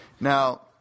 Now –